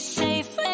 safe